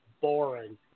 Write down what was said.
boring